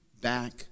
back